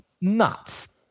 nuts